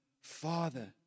Father